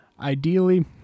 ideally